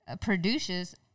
produces